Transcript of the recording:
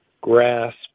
grasp